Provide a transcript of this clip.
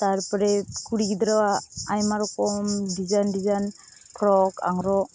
ᱛᱟᱨᱯᱚᱨᱮ ᱠᱩᱲᱤ ᱜᱤᱫᱽᱨᱟᱹᱼᱟᱜ ᱟᱭᱢᱟ ᱨᱚᱠᱚᱢ ᱰᱤᱡᱟᱭᱤᱱ ᱰᱤᱡᱟᱭᱤᱱ ᱯᱷᱨᱚᱠ ᱟᱝᱨᱚᱯ